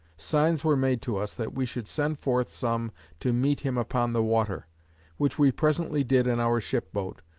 signs were made to us, that we should send forth some to meet him upon the water which we presently did in our ship-boat,